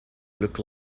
look